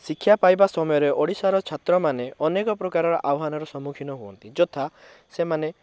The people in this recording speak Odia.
ଶିକ୍ଷା ପାଇବା ସମୟରେ ଓଡ଼ିଶାର ଛାତ୍ରମାନେ ଅନେକ ପ୍ରକାରର ଆହ୍ୱାନର ସମ୍ମୁଖିନ ହୁଅନ୍ତି ଯଥା ସେମାନେ